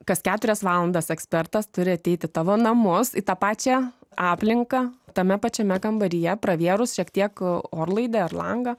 kas keturias valandas ekspertas turi ateiti tavo namus į tą pačią aplinką tame pačiame kambaryje pravėrus šiek tiek orlaidę ar langą